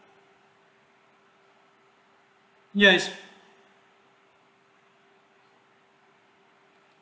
yes